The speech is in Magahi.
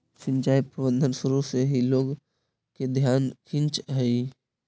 सिंचाई प्रबंधन शुरू से ही लोग के ध्यान खींचऽ हइ